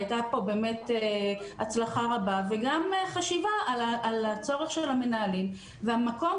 הייתה פה באמת הצלחה רבה וגם חשיבה על הצורך של המנהלים והמקום